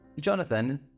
Jonathan